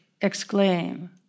exclaim